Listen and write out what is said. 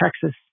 Texas